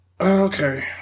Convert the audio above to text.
okay